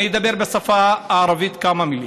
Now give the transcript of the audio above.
אני אומר בשפה הערבית כמה מילים.